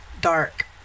dark